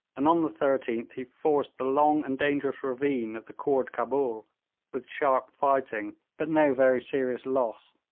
and on the thirteenth he forced the long and dangerous ravine of the khoord cabul with sharp fighting, but no very serious loss,